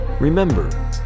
Remember